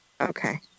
okay